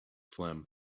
phlegm